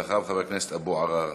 ואחריו, חבר הכנסת אבו עראר.